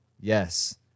Yes